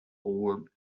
for